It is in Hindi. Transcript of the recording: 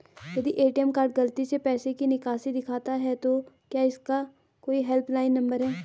यदि ए.टी.एम कार्ड गलती से पैसे की निकासी दिखाता है तो क्या इसका कोई हेल्प लाइन नम्बर है?